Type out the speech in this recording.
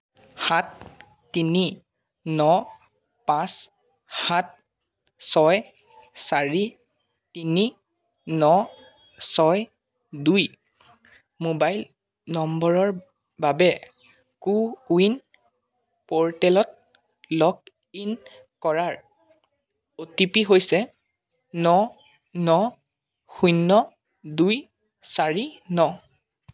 সাত তিনি ন পাঁচ সাত ছয় চাৰি তিনি ন ছয় দুই মোবাইল নম্বৰৰ বাবে কো ৱিন প'ৰ্টেলত লগ ইন কৰাৰ অ' টি পি হৈছে ন ন শূন্য দুই চাৰি ন